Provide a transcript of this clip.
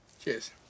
Cheers